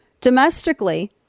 domestically